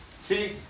See